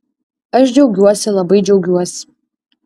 aš džiaugiuosi labai džiaugiuosi